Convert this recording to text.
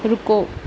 ਰੁਕੋ